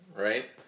right